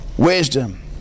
Wisdom